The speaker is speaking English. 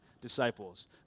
disciples